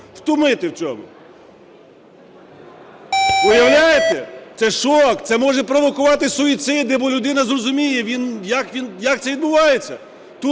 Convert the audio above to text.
втумити в цьому. Уявляєте, це шок, це може провокувати суїцид, бо людина зрозуміє, як це відбувається.